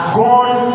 gone